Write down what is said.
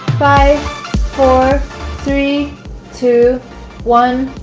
five four three two one